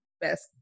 best